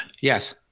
yes